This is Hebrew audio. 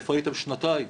איפה הייתם שנתיים?